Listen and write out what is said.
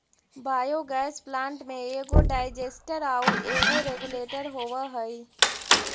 biogas plant में एगो digester आउ एगो रेगुलेटर होवऽ हई